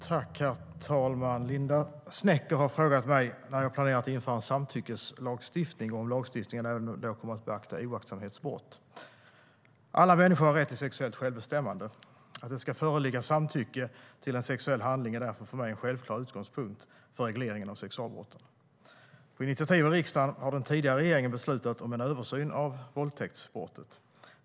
Herr talman! Linda Snecker har frågat mig när jag planerar att införa en samtyckeslagstiftning och om lagstiftningen även kommer att beakta oaktsamhetsbrott. Svar på interpellationerPå initiativ av riksdagen har den tidigare regeringen beslutat om en översyn av våldtäktsbrottet.